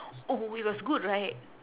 oh it was good right